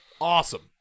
awesome